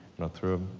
not through